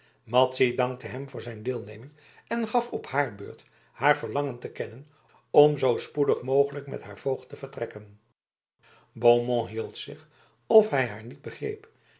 madzy dankte hem voor zijn deelneming en gaf op hare beurt haar verlangen te kennen om zoo spoedig mogelijk met haar voogd te vertrekken beaumont hield zich of hij haar niet begreep